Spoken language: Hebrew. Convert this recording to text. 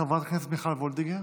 חברת הכנסת מיכל וולדיגר,